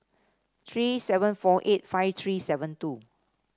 three seven four eight five three seven two